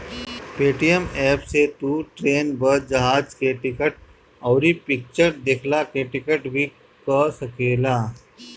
Paytm app से तू train, bus, जहाज के टिकट, अउरी फिक्चर देखला के टिकट भी कअ सकेला